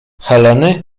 heleny